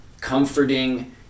comforting